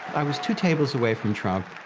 i was two tables away from trump.